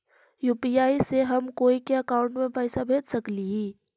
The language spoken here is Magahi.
यु.पी.आई से हम कोई के अकाउंट में पैसा भेज सकली ही?